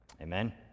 Amen